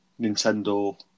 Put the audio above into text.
Nintendo